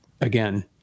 again